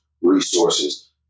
resources